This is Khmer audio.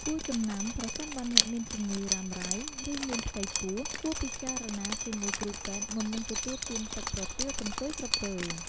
គួរចំណាំប្រសិនបើអ្នកមានជំងឺរ៉ាំរ៉ៃ ឬមានផ្ទៃពោះ គួរពិគ្រោះជាមួយគ្រូពេទ្យមុននឹងទទួលទានទឹកប្រទាលកន្ទុយក្រពើ។